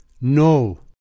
No